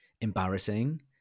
embarrassing